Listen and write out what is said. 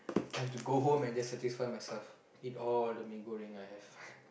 I have to go home and satisfy myself eat all the mee-goreng I have